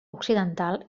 occidental